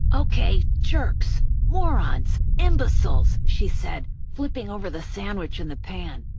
okay, jerks. morons. imbeciles, she said, flipping over the sandwich in the pan.